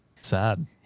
sad